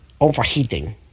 Overheating